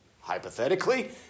hypothetically